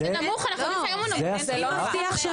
זה השכר.